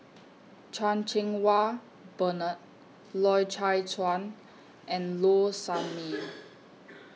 Chan Cheng Wah Bernard Loy Chye Chuan and Low Sanmay